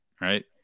right